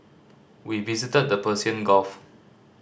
we visited the Persian Gulf